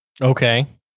okay